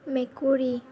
মেকুৰী